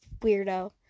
weirdo